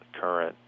current